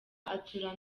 atura